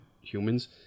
humans